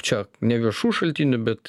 čia neviešų šaltinių bet